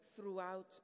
throughout